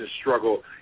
struggle